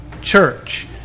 church